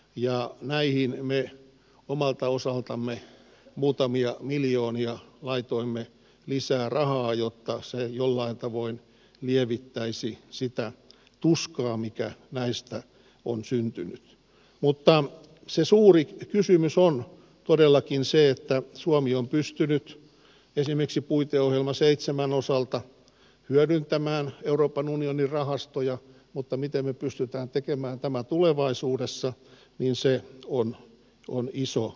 ja näihin me omalta osaltamme muutamia miljoonia laitoimme lisää rahaa jotta se jollain tavoin lievittäisi sitä tuskaa mikä näistä on syntynyt mutta se suuri kysymys on todellakin se että suomi on pystynyt esineiksi puiteohjelma seitsemän osalta hyödyntämään euroopan unionin rahastoja mutta mitä me pystytään tekemään tämä tulevaisuudessa niin se on kun iso